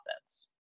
offense